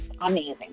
amazing